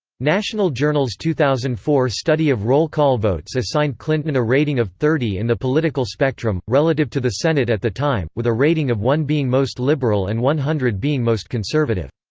national journal's two thousand and four study of roll-call votes assigned clinton a rating of thirty in the political spectrum, relative to the senate at the time, with a rating of one being most liberal and one hundred being most conservative.